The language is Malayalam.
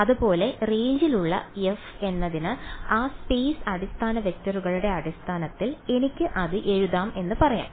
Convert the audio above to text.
അതുപോലെ റേഞ്ചിലുള്ള f എന്നതിന് ആ സ്പേസ് അടിസ്ഥാന വെക്ടറുകളുടെ അടിസ്ഥാനത്തിൽ എനിക്ക് അത് എഴുതാം എന്ന് പറയാം